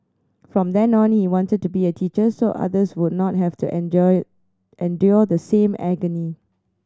from then on he wanted to be a teacher so others would not have to enjoy endure the same agony